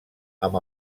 amb